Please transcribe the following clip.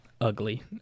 ugly